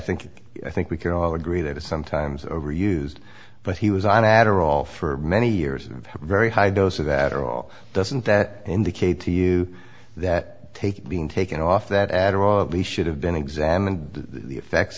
think i think we can all agree that is sometimes overused but he was on adderall for many years of very high doses that are all doesn't that indicate to you that taking being taken off that adorably should have been examined the effects